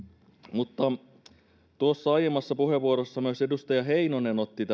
mutta kun aiemmassa puheenvuorossa edustaja heinonen otti